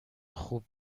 خوب